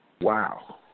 Wow